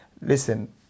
listen